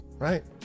Right